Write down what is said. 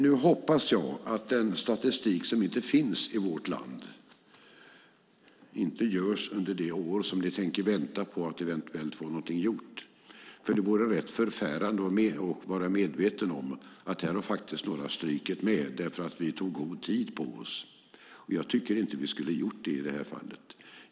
Nu hoppas jag att den statistik som inte finns i vårt land inte görs under det år då vi tänker vänta på att eventuellt få någonting gjort. Det vore nämligen rätt förfärande att vara medveten om att några faktiskt strök med därför att vi tog god tid på oss. Jag tycker inte att vi skulle ha gjort det i det här fallet.